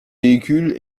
véhicules